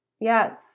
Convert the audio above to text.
Yes